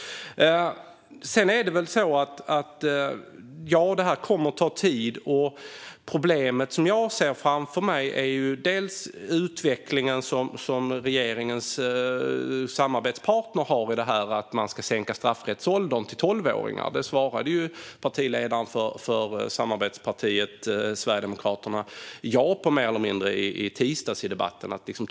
Sedan är det väl så att detta kommer att ta tid. Problemet jag ser framför mig är bland annat den utveckling som regeringens samarbetspartner vill se i detta, nämligen att straffrättsåldern ska sänkas till tolv år. Det svarade ju partiledaren för samarbetspartiet Sverigedemokraterna mer eller mindre ja på i debatten i tisdags.